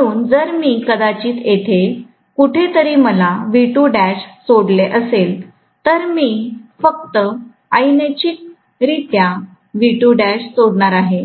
म्हणून जर मी कदाचित येथे कुठे तरी मलासोडले असेल तर मी फक्त अनैच्छिक रित्यासोडणार आहे